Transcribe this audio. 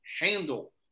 handle